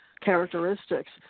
characteristics